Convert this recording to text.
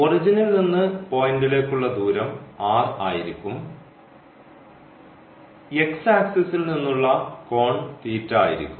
ഒറിജിനിൽ നിന്ന് പോയിന്റിലേക്കുള്ള ദൂരം r ആയിരിക്കും എക്സ് ആക്സിസിൽ നിന്നുള്ള കോൺ ആയിരിക്കും